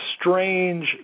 strange